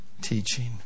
teaching